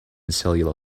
cellular